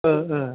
ओ ओ